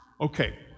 Okay